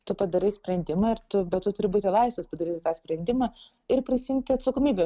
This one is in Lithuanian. tu padarai sprendimą ir tu bet tu turi būti laisvas padaryti tą sprendimą ir prisiimti atsakomybę